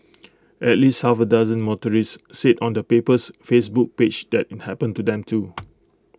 at least half A dozen motorists said on the paper's Facebook page that happened to them too